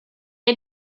had